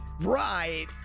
right